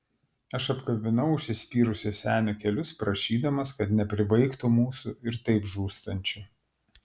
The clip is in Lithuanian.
aš apkabinau užsispyrusio senio kelius prašydamas kad nepribaigtų mūsų ir taip žūstančių